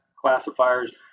classifiers